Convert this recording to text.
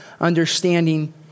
understanding